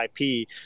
IP